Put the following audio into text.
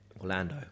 Orlando